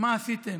מה עשיתם,